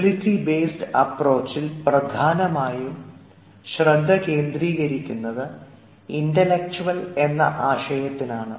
ability based അപ്പ്രോചിൽ പ്രധാനമായും ശ്രദ്ധകേന്ദ്രീകരിക്കുന്നത് ഇൻറെലക്ച്വൽ എന്ന ആശയത്തിനാണ്